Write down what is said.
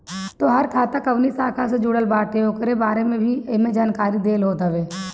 तोहार खाता कवनी शाखा से जुड़ल बाटे उकरे बारे में भी एमे जानकारी देहल होत हवे